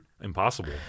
impossible